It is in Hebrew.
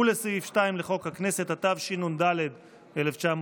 ולסעיף 2 לחוק הכנסת, התשנ"ד 1994,